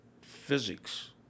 physics